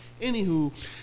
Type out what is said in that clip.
Anywho